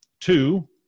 Two